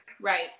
Right